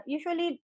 Usually